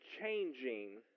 changing